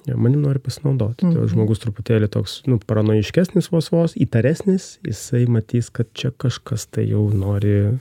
manim nori pasinaudot tas vat žmogus truputėlį toks nu paranojiškesnis vos vos įtaresnis jisai matys kad čia kažkas tai jau nori